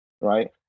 right